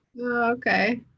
okay